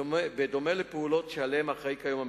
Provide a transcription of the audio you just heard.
בדומה לפעולות שהמשרד אחראי להן היום.